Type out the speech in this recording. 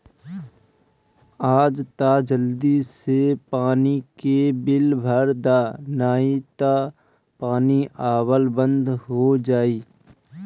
आज तअ जल्दी से पानी के बिल भर दअ नाही तअ पानी आवल बंद हो जाई